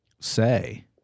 say